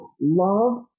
love